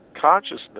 consciousness